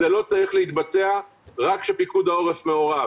זה לא צריך להתבצע רק כשפיקוד העורף מעורב.